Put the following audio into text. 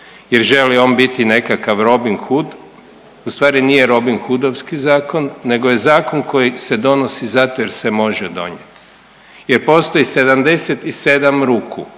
jer želi on biti nekakav Robin Hood. Ustvari nije robinhudovski zakon, nego je zakon koji se donosi zato jer se može donijeti, jer postoji 77 ruku